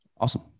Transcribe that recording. Awesome